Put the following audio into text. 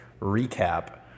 recap